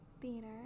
Theater